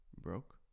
Broke